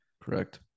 Correct